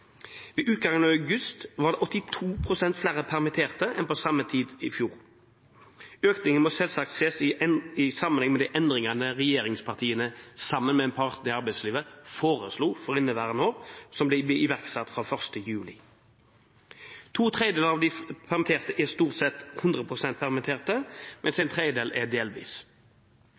Ved utgangen av august var det 82 pst. flere permitterte enn på samme tid i fjor. Økningen må selvsagt ses i sammenheng med de endringene regjeringspartiene sammen med partene i arbeidslivet foreslo for inneværende år, og som ble iverksatt fra 1. juli. To tredjedeler av de permitterte er stort sett